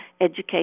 education